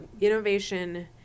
innovation